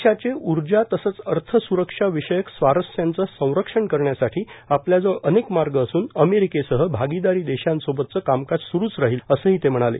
देशाचे ऊर्जा तसंच अर्थस्रक्षा विषयक स्वारस्यांचं संरक्षण करण्यासाठी आपल्याजवळ अनेक मार्ग असून अमेरिकेसह भागीदारी देशांसोबतचं कामकाज सुरूच राहील असंही ते म्हणाले